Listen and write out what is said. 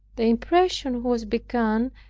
the impression was begun,